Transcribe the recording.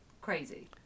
crazy